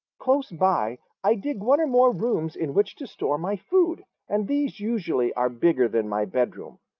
close by i dig one or more rooms in which to store my food, and these usually are bigger than my bedroom.